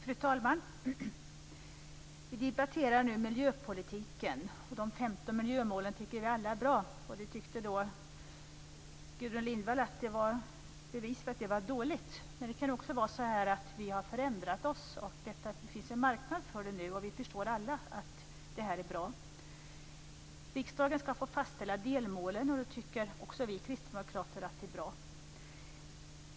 Fru talman! Vi debatterar nu miljöpolitiken, och de 15 miljömålen tycker vi alla är bra. Det tyckte Gudrun Lindvall var ett bevis för att det var dåligt. Men det kan också vara så att vi har förändrat oss. Det finns en marknad för detta nu, och vi förstår alla att det här är bra. Riksdagen skall få fastställa delmålen. Det tycker vi kristdemokrater också är bra.